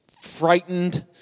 frightened